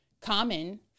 common